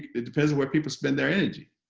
it depends on where people spend their energy.